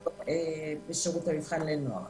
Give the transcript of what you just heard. בשירות המבחן לנוער.